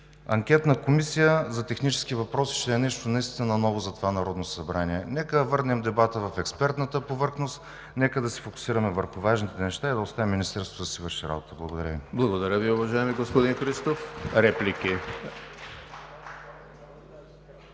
Анкетна комисия за технически въпроси ще е нещо наистина ново за това Народно събрание. Нека върнем дебата в експертната повърхност. Нека да се фокусираме върху важните неща и да оставим Министерството да си върши работата. Благодаря Ви. (Ръкопляскания от ГЕРБ.)